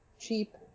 cheap